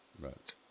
Right